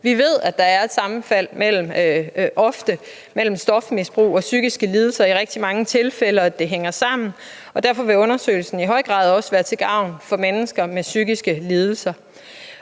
Vi ved, at der ofte er et sammenfald mellem stofmisbrug og psykiske lidelser – at det i rigtig mange tilfælde hænger sammen – og derfor vil undersøgelsen i høj grad også være til gavn for mennesker med psykiske lidelser.